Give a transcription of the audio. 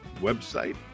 website